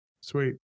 Sweet